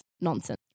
nonsense